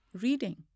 reading